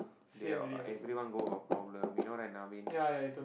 they everyone go got problem you know right naveen